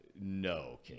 No